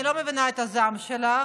אני לא מבינה את הזעם שלך.